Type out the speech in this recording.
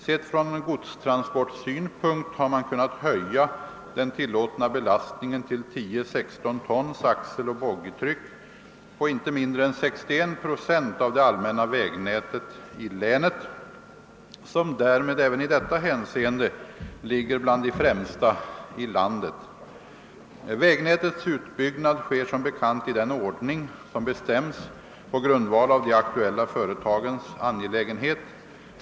Sett från godstransportsynpunkt har man kunnat höja den tillåtna belastningen till 10/16 tons axeloch boggitryck på inte mindre än 61 procent av det allmänna vägnätet i länet, som därmed även i detta hänseende ligger bland de främsta i landet. Vägnätets utbyggnad sker som bekant i den ordning som bestäms på grundval av de aktuella företagens angelägenhet.